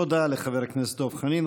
תודה לחבר הכנסת דב חנין.